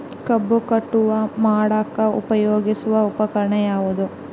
ಕಬ್ಬು ಕಟಾವು ಮಾಡಾಕ ಉಪಯೋಗಿಸುವ ಉಪಕರಣ ಯಾವುದರೇ?